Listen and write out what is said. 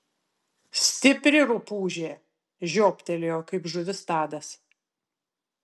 stipri rupūžė žiobtelėjo kaip žuvis tadas